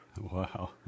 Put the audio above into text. Wow